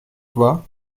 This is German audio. war